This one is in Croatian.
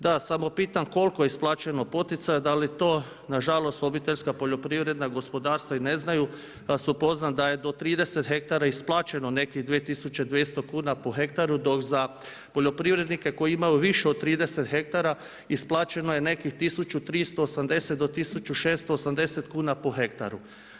Da, samo pitam koliko je isplaćeno poticaja, da li to, nažalost obiteljska poljoprivredna gospodarstva i ne znaju, da vas upoznam da je do 30 hektara isplaćeno nekih 2200 kuna po hektaru dok za poljoprivrednike koji imaju više od 30 hektara isplaćeno je nekih 1380 do 1680 kuna po hektaru.